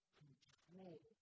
control